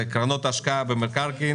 קרנות השקעה במקרקעין.